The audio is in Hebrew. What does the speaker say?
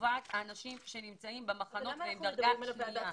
לטובת האנשים שנמצאים במחנות והם בקרבה מדרגה שנייה.